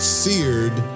feared